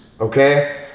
Okay